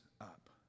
up